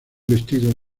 vestido